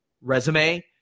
resume